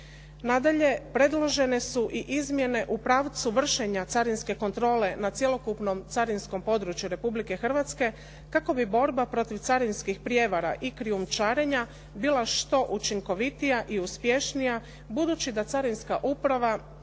Nadalje, predložene su i izmjene u pravcu vršenja carinske kontrole nad cjelokupnom carinskom području Republike Hrvatske kako bi borba protiv carinskih prijevara i krijumčarenja bila što učinkovitija i uspješnija budući da carinska uprava